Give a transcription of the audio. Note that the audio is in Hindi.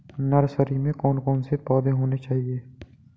नर्सरी में कौन कौन से पौधे होने चाहिए?